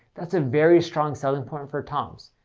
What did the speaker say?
that's a very strong selling point for toms.